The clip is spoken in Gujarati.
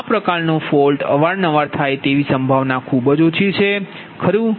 આ પ્રકારનો ફોલ્ટ અવારનવાર થાય એની સંભાવના ખૂબ ઓછી છે ખરું